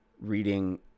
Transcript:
reading